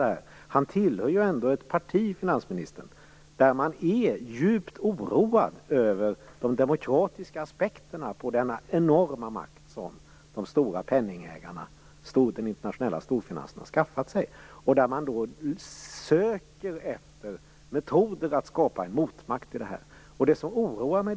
Finansministern tillhör ändå ett parti där man är djupt oroad över de demokratiska aspekterna när det gäller den enorma makt som de stora penningägarna och den internationella storfinansen har skaffat sig. Man söker efter metoder att skapa en motmakt till detta.